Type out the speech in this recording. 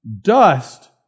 dust